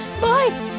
Bye